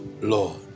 Lord